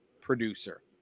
producer